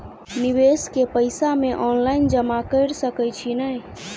निवेश केँ पैसा मे ऑनलाइन जमा कैर सकै छी नै?